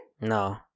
No